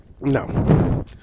no